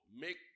Make